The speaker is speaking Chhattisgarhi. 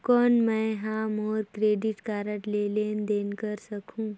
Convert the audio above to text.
कौन मैं ह मोर क्रेडिट कारड ले लेनदेन कर सकहुं?